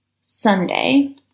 Sunday